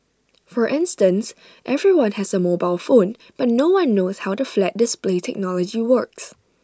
for instance everyone has A mobile phone but no one knows how the flat display technology works